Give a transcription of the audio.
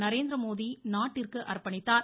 நரேந்திரமோடி நாட்டிற்கு அர்பணித்தார்